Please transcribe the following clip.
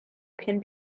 can